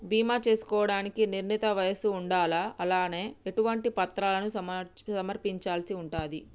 బీమా చేసుకోవడానికి నిర్ణీత వయస్సు ఉండాలా? అలాగే ఎటువంటి పత్రాలను సమర్పించాల్సి ఉంటది?